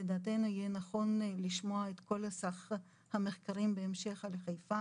יהיה נכון לשמוע את כל סך המחקרים בהמשך על חיפה